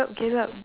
ya